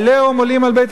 עולים על בית-המשפט העליון,